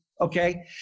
okay